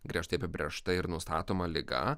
griežtai apibrėžta ir nustatoma liga